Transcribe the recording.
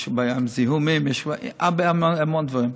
יש בעיה עם זיהומים, יש המון דברים.